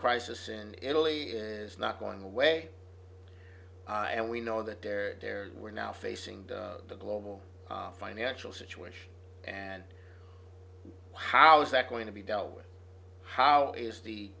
crisis in italy is not going away and we know that they're there we're now facing the global financial situation and how is that going to be dealt with how is the